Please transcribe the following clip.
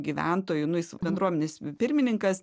gyventoju nu jis bendruomenės pirmininkas